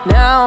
Now